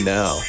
now